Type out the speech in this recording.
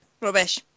Rubbish